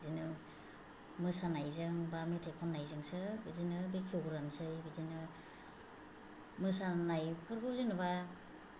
बिदिनो मोसानायजों बा मेथाय खननायजोंसो बिदिनो बेखेवग्रोनोसै बिदिनो मोसानायफोरखौ जेनेबा